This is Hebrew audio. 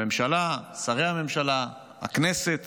הממשלה, שרי הממשלה והכנסת